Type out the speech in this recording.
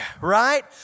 right